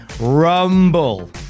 Rumble